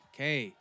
Okay